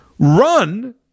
run